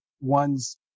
ones